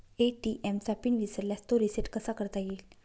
ATM चा pin विसरल्यास तो रिसेट कसा करता येईल?